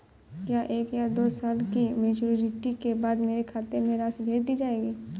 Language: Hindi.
क्या एक या दो साल की मैच्योरिटी के बाद मेरे खाते में राशि भेज दी जाएगी?